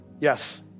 Yes